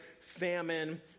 famine